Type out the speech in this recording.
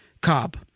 Cobb